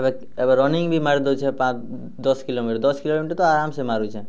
ଏବେ ଏବେ ରନିଙ୍ଗ୍ ବି ମାରି ଦେଉଛେଁ ପାଞ୍ଚ ଦଶ୍ କିଲୋମିଟର୍ ଦଶ୍ କିଲୋମିଟର୍ ତ ଆରାମ୍ ସେ ମାରୁଛେଁ